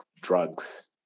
drugs